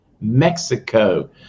Mexico